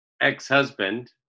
ex-husband